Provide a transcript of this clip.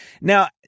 Now